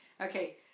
Okay